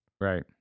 right